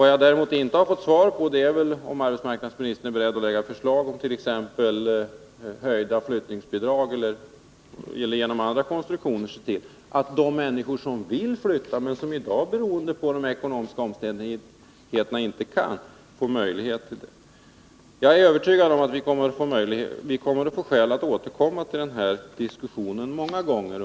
Däremot har jag inte fått svar på frågan om arbetsmarknadsministern är beredd att lägga fram förslag om t.ex. höjda flyttningsbidrag eller förslag till andra konstruktioner för att se till att de människor som vill flytta men som i dag, beroende på ekonomiska omständigheter, inte kan flytta får möjlighet att göra det. Jag är övertygad om att vi under de närmaste åren får skäl att återkomma till denna diskussion många gånger.